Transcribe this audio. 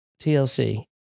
TLC